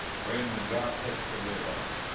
friend, when god takes the lid off,